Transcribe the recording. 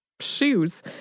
shoes